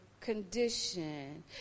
condition